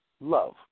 love